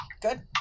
Good